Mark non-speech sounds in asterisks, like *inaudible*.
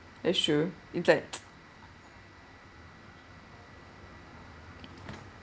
that's true it's like *noise*